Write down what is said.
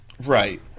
Right